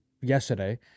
yesterday